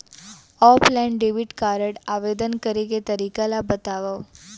Offline debit card आवेदन करे के तरीका ल बतावव?